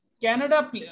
Canada